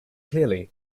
clearly